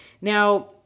Now